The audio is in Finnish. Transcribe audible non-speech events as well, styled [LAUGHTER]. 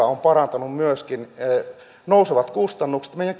[UNINTELLIGIBLE] on parantanut myöskin nousevat kustannukset meidän [UNINTELLIGIBLE]